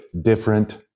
different